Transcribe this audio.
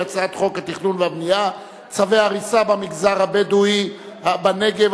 שהיא הצעת חוק התכנון והבנייה) צווי הריסה במגזר הבדואי בנגב),